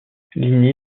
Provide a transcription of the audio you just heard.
linné